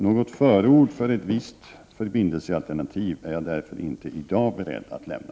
Något förord för ett visst förbindelsealternativ är jag därför inte i dag beredd att lämna.